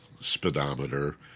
speedometer